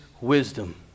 wisdom